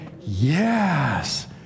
Yes